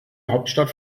hauptstadt